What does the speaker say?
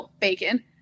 Bacon